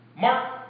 Mark